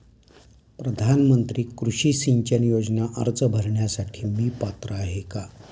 प्रधानमंत्री कृषी सिंचन योजना अर्ज भरण्यासाठी मी पात्र आहे का?